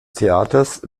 theaters